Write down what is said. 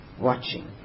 watching